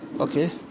okay